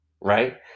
Right